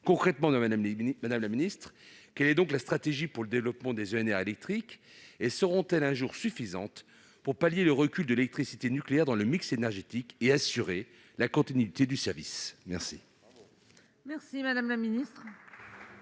secrétaire d'État, quelle est donc la stratégie pour le développement des EnR électriques ? Seront-elles un jour suffisantes pour pallier le recul de l'électricité nucléaire dans le mix énergétique et assurer la continuité du service ? Bravo